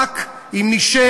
רק אם נשב,